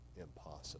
impossible